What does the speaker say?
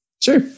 Sure